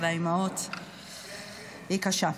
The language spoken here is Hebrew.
אני מאוד מאוד גאה לעמוד פה עם חולצה של "אימא ערה".